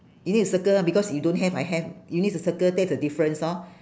you need to circle because you don't have I have you need to circle that's the difference lor